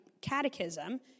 Catechism